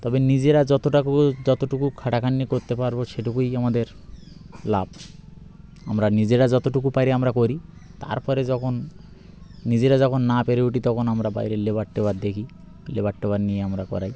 তবে নিজেরা যতটাকু যতটুকু খাটাখাটনি করতে পারবো সেইটুকুই আমাদের লাভ আমরা নিজেরা যতটুকু পারি আমরা করি তারপরে যখন নিজেরা যখন না পেরে উঠি তখন আমরা বাইরে লেবার টেবার দেখি লেবার টেবার নিয়ে আমরা করাই